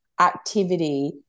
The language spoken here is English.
activity